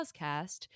podcast